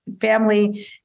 family